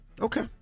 Okay